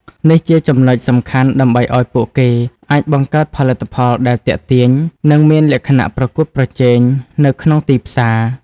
នេះជាចំណុចសំខាន់ដើម្បីឱ្យពួកគេអាចបង្កើតផលិតផលដែលទាក់ទាញ និងមានលក្ខណៈប្រកួតប្រជែងនៅក្នុងទីផ្សារ។